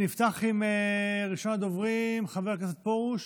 נפתח עם ראשון הדוברים, חבר כנסת פרוש,